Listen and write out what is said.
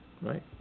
right